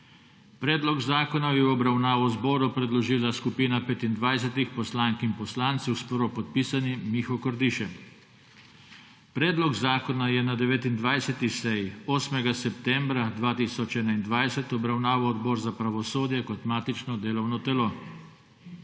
Predlog zakona je v obravnavo zboru predložila skupina 25 poslank in poslancev s prvopodpisanim Miho Kordišem. Predlog zakona je na 29. seji 8. septembra 2021 obravnaval Odbor za pravosodje kot matično delovno telo.